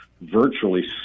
virtually